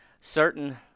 certain